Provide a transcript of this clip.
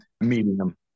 medium